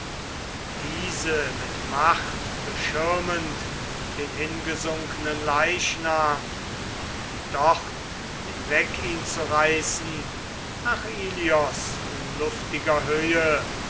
diese mit macht beschirmend den hingesunkenen leichnam dort hinweg ihn zu reißen nach ilios luftiger höhe